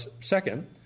second